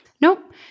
Nope